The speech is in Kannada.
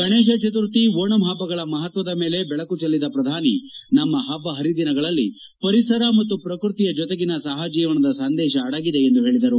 ಗಣೇಶ ಚತುರ್ಥಿ ಓಣಂ ಹಬ್ಲಗಳ ಮಹತ್ತದ ಮೇಲೆ ಬೆಳಕು ಚೆಲ್ಲಿದ ಪ್ರಧಾನಿ ನಮ್ನ ಪಬ್ಲ ಪರಿದಿನಗಳು ಪರಿಸರ ಮತ್ತು ಪ್ರಕ್ಕತಿಯ ಜತೆಗಿನ ಸಹಜೀವನದ ಸಂದೇಶ ಅಡಗಿದೆ ಎಂದು ಹೇಳಿದ್ದಾರೆ